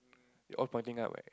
they all pointing up right